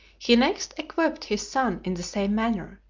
he next equipped his son in the same manner,